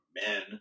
men